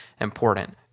important